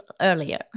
earlier